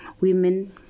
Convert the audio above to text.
Women